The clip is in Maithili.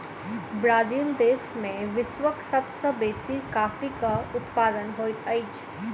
ब्राज़ील देश में विश्वक सब सॅ बेसी कॉफ़ीक उत्पादन होइत अछि